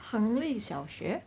恒力小学